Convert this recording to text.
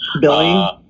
Billy